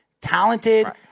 talented